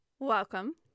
Welcome